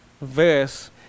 verse